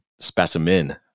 Specimen